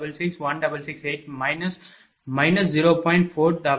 4661668 0